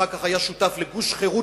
ואחר כך היה שותף לגוש חירות-ליברלים.